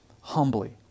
humbly